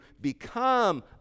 become